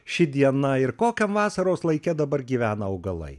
ši diena ir kokiam vasaros laike dabar gyvena augalai